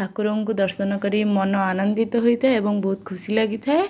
ଠାକୁରଙ୍କୁ ଦର୍ଶନ କରି ମନ ଆନନ୍ଦିତ ହୋଇଥାଏ ଏବଂ ବହୁତ ଖୁସି ଲାଗିଥାଏ